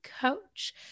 coach